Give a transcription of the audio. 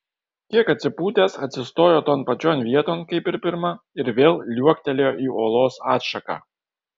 kiek atsipūtęs atsistojo ton pačion vieton kaip ir pirma ir vėl liuoktelėjo į olos atšaką